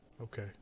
Okay